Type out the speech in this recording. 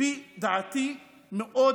לפי דעתי מאוד גזענית.